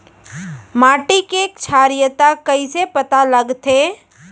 माटी के क्षारीयता कइसे पता लगथे?